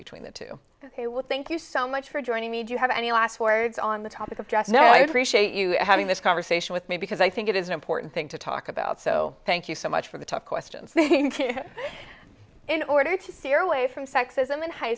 between the two ok well thank you so much for joining me do you have any last words on the topic of just having this conversation with me because i think it is an important thing to talk about so thank you so much for the tough questions in order to see your way from sexism in high